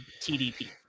TDP